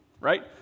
right